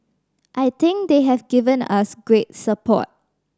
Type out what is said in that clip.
I think they have given us great support